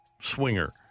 swinger